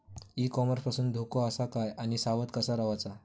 E commerce पासून धोको आसा काय आणि सावध कसा रवाचा?